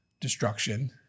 destruction